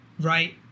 right